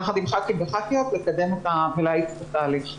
יחד עם ח"כים וח"כיות לקדם אותה ולהאיץ את התהליך.